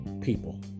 people